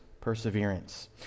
perseverance